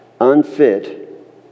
unfit